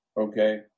okay